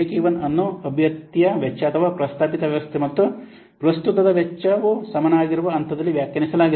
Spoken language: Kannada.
ಬ್ರೇಕ್ ಈವನ್ ಅನ್ನು ಅಭ್ಯರ್ಥಿಯ ವೆಚ್ಚ ಅಥವಾ ಪ್ರಸ್ತಾಪಿತ ವ್ಯವಸ್ಥೆ ಮತ್ತು ಪ್ರಸ್ತುತದ ವೆಚ್ಚವು ಸಮಾನವಾಗಿರುವ ಹಂತದಲ್ಲಿ ವ್ಯಾಖ್ಯಾನಿಸಲಾಗಿದೆ